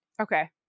Okay